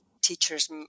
teachers